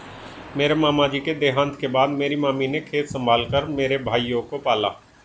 मेरे मामा जी के देहांत के बाद मेरी मामी ने खेत संभाल कर मेरे भाइयों को पाला